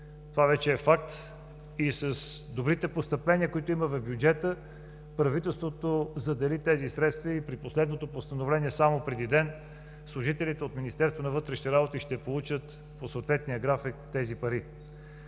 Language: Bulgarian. Това вече е факт и с добрите постъпления, които има в бюджета, правителството задели тези средства и при последното постановление само преди ден, служителите от Министерството на вътрешни работи ще получат по съответния график тези пари.